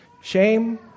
Shame